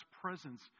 presence